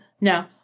No